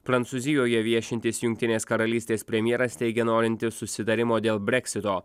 prancūzijoje viešintis jungtinės karalystės premjeras teigia norintis susitarimo dėl breksito